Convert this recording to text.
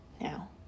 now